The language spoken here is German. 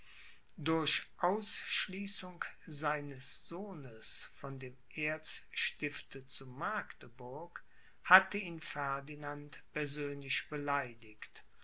durch ausschließung seines sohnes von dem erzstifte zu magdeburg hatte ihn ferdinand persönlich beleidigt